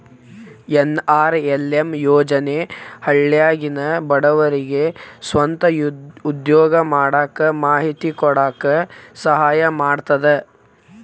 NRLM ಯೋಜನೆ ಹಳ್ಳ್ಯಾಗಿನ ಬಡವರಿಗೆ ಸ್ವಂತ ಉದ್ಯೋಗಾ ಮಾಡಾಕ ಮಾಹಿತಿ ಕೊಡಾಕ ಸಹಾಯಾ ಮಾಡ್ತದ